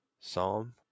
Psalm